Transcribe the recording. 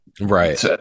Right